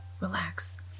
relax